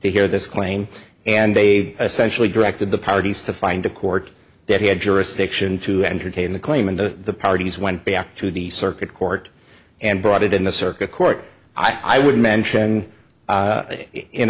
to hear this claim and they essentially directed the parties to find a court that he had jurisdiction to entertain the claim and the parties went back to the circuit court and brought it in the circuit court i would mention